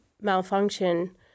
malfunction